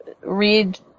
read